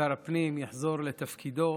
ושר הפנים, יחזור לתפקידו.